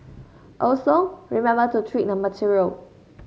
also remember to treat the material